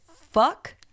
fuck